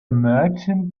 merchant